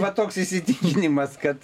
va toks įsitikinimas kad